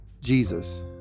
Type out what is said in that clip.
Jesus